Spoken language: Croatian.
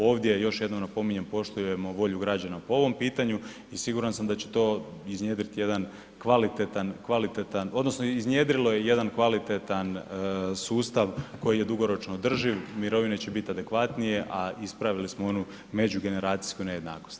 Ovdje još jednom napominjem, poštujemo volju građana po ovom pitanju i siguran sam da će to iznjedriti jedan kvalitetan, odnosno iznjedrilo je jedan kvalitetan sustav koji je dugoročno održiv, mirovine će biti adekvatnije, a ispravili smo onu međugeneracijsku nejednakost.